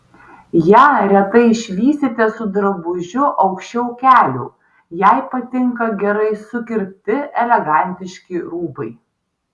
ją retai išvysite su drabužiu aukščiau kelių jai patinka gerai sukirpti elegantiški rūbai